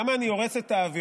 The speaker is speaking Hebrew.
למה אני הורס את האווירה?